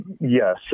yes